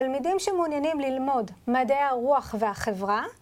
ללמידים שמעוניינים ללמוד מדעי הרוח והחברה.